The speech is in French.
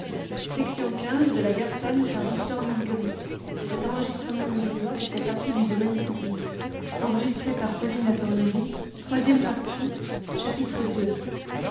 de la matière